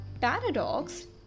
Paradox